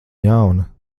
jauna